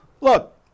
Look